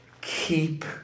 keep